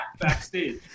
backstage